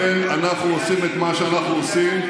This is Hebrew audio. עושים את מה שאנחנו עושים.